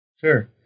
Sure